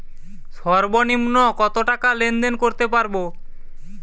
সর্বনিম্ন কত টাকা লেনদেন করতে পারবো?